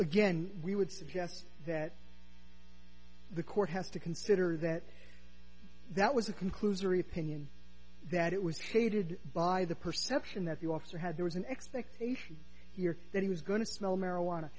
again we would suggest that the court has to consider that that was a conclusory opinion that it was stated by the perception that the officer had there was an expectation that he was going to smell marijuana